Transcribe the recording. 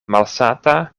malsata